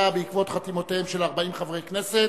בעקבות חתימותיהם של 40 חברי הכנסת,